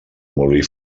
molí